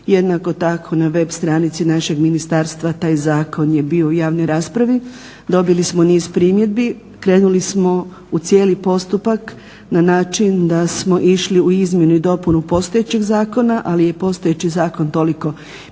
Jednako tako na web stranici našeg ministarstva taj zakon je bio u javnoj raspravi. Dobili smo niz primjedbi, krenuli smo u cijeli postupak na način da smo išli u izmjenu i dopunu postojećeg zakona, ali je postojeći zakon toliko mijenjan